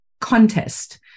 contest